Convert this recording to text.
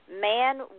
man